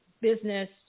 business